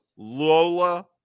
Lola